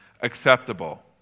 acceptable